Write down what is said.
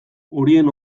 horien